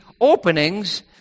openings